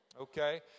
Okay